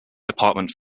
department